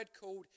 called